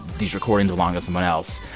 these recordings belong to someone else.